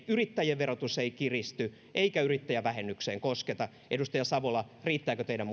yrittäjien verotus ei kiristy eikä yrittäjävähennykseen kosketa edustaja savola riittävätkö teidän